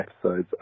episodes